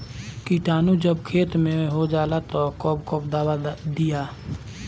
किटानु जब खेत मे होजाला तब कब कब दावा दिया?